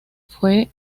fue